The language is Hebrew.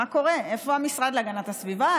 מה קורה, איפה המשרד להגנת הסביבה?